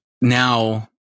now